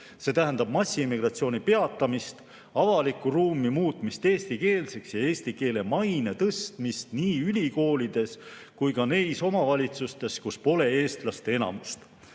see tähendab massiimmigratsiooni peatamist, avaliku ruumi muutmist eestikeelseks ja eesti keele maine tõstmist nii ülikoolides kui ka neis omavalitsustes, kus pole eestlaste enamust.